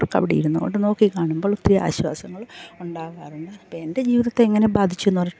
അവർക്ക് അവിടിരുന്നുകൊണ്ട് നോക്കി കാണുമ്പോൾ ഇത്തിരി ആശ്വാസങ്ങൾ ഉണ്ടാകാറുണ്ട് അപ്പോൾ എൻ്റെ ജീവിതത്തെ എങ്ങനെ ബാധിച്ചുന്നു പറയട്ടെ